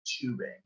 tubing